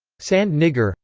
so and nigger